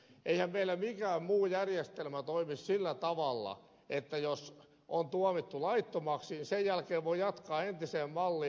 eihän meillä mikään muu järjestelmä toimi sillä tavalla että jos on tuomittu laittomaksi sen jälkeen voi jatkaa entiseen malliin